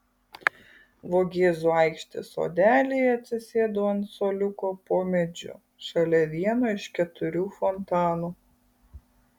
vogėzų aikštės sodelyje atsisėdu ant suoliuko po medžiu šalia vieno iš keturių fontanų